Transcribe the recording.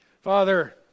Father